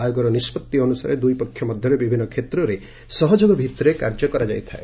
ଆୟୋଗର ନିଷ୍ପତ୍ତି ଅନୁସାରେ ଦୁଇ ପକ୍ଷ ମଧ୍ୟରେ ବିଭିନ୍ନ କ୍ଷେତ୍ରରେ ସହଯୋଗ ଭିତ୍ତିରେ କାର୍ଯ୍ୟ କରାଯାଇଥାଏ